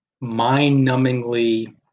mind-numbingly